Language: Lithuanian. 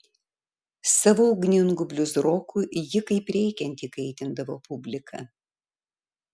savo ugningu bliuzroku ji kaip reikiant įkaitindavo publiką